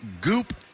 Goop